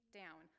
down